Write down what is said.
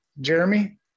jeremy